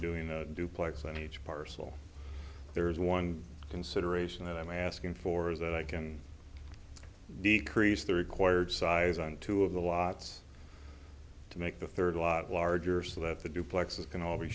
doing a duplex on each parcel there is one consideration that i'm asking for is that i can decrease the required size on two of the lots to make the third lot larger so that the duplexes can all be